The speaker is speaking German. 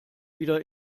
wieder